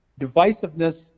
divisiveness